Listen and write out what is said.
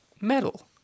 metal